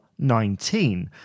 19